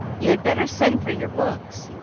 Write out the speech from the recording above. you had better send for your books.